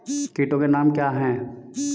कीटों के नाम क्या हैं?